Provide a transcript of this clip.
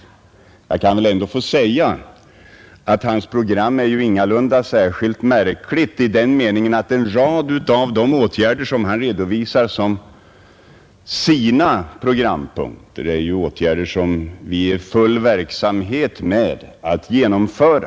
Men jag kanske ändå får säga att herr Ahlmarks program ingalunda är särskilt märkligt i vad gäller en rad av de åtgärder han redovisar som sina programpunkter. Det är ju åtgärder som vi är i färd med att genomföra.